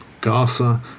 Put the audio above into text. Gaza